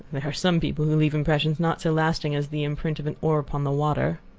there are some people who leave impressions not so lasting as the imprint of an oar upon the water.